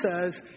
says